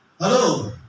Hello